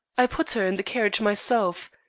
i put her in the carriage myself.